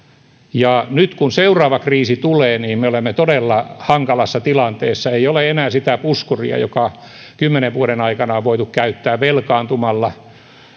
ja nyt kun seuraava kriisi tulee niin me olemme todella hankalassa tilanteessa ei ole enää sitä puskuria jota kymmenen vuoden aikana on voitu käyttää velkaantumalla